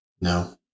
No